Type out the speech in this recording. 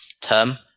term